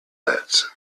let